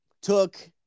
took